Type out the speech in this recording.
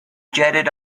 jetted